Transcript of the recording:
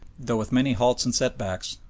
though with many halts and set-backs,